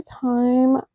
time